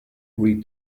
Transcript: read